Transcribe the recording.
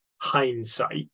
hindsight